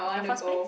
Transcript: your first place